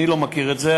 אני לא מכיר את זה,